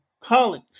college